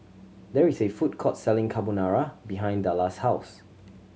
there is a food court selling Carbonara behind Dallas' house